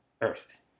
earth